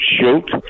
shoot